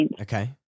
okay